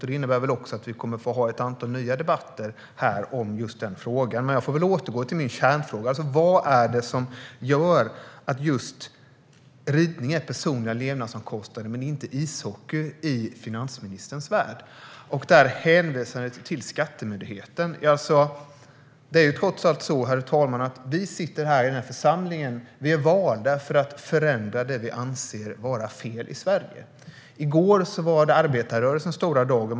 Men det innebär att vi kommer att få ha ett antal nya debatter här om just den frågan. Jag får återgå till min kärnfråga: Vad i finansministerns värld är det som gör att just ridning men inte ishockey ses som personliga levnadsomkostnader? När det gäller hänvisandet till Skatteverket är vi i den här församlingen trots allt valda för att förändra det vi anser vara fel i Sverige. I går var det arbetarrörelsens stora dag.